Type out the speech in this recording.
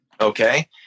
Okay